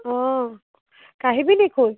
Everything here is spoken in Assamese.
অঁ কাঢ়িবি নি খোজ